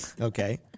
okay